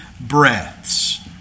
breaths